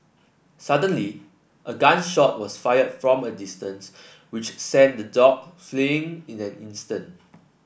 suddenly a gun shot was fired from a distance which sent the dog fleeing in an instant